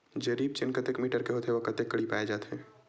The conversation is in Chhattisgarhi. जरीब चेन कतेक मीटर के होथे व कतेक कडी पाए जाथे?